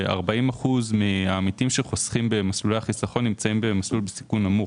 כ-40% מהעמיתים שחוסכים במסלולי החיסכון נמצאים במסלול בסיכון נמוך.